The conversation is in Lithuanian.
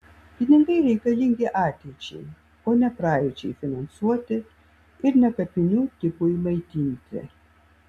pinigai reikalingi ateičiai o ne praeičiai finansuoti ir ne kapinių tipui maitinti